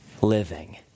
living